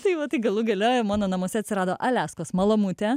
tai va tai galų gale mano namuose atsirado aliaskos malamutė